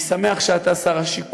אני שמח שאתה שר הבינוי והשיכון,